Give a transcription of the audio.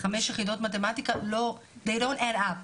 5 יחידות מתמטיקה, they don't add up.